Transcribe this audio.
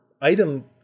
item